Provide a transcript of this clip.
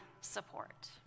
support